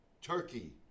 Turkey